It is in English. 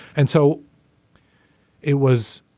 and so it was